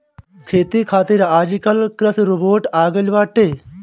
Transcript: खेती खातिर आजकल कृषि रोबोट आ गइल बाटे